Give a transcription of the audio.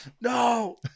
No